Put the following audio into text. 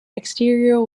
exterior